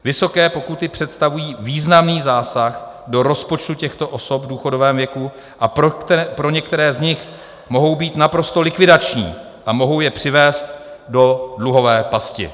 Vysoké pokuty představují významný zásah do rozpočtu těchto osob v důchodovém věku a pro některé z nich mohou být naprosto likvidační a mohou je přivést do dluhové pasti.